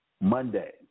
Monday